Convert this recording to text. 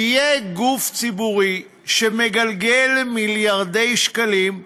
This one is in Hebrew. יהיה גוף ציבורי שמגלגל מיליארדי שקלים,